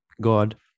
god